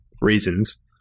reasons